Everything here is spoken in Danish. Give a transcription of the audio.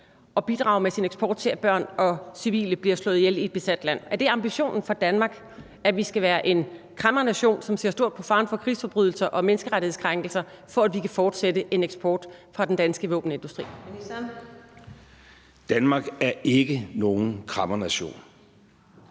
at Danmark med sin eksport bidrager til, at børn og civile bliver slået ihjel i et besat land? Er det ambitionen for Danmark, at vi skal være en kræmmernation, som ser stort på faren for krigsforbrydelser og menneskerettighedskrænkelser, for at vi kan fortsætte en eksport fra den danske våbenindustri? Kl. 13:13 Fjerde næstformand